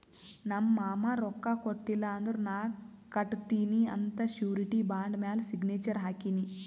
ನಮ್ ಮಾಮಾ ರೊಕ್ಕಾ ಕೊಟ್ಟಿಲ್ಲ ಅಂದುರ್ ನಾ ಕಟ್ಟತ್ತಿನಿ ಅಂತ್ ಶುರಿಟಿ ಬಾಂಡ್ ಮ್ಯಾಲ ಸಿಗ್ನೇಚರ್ ಹಾಕಿನಿ